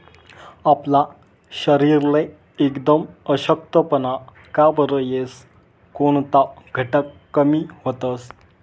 आपला शरीरले एकदम अशक्तपणा का बरं येस? कोनता घटक कमी व्हतंस?